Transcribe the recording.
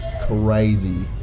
crazy